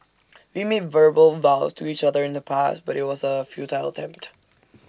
we made verbal vows to each other in the past but IT was A futile attempt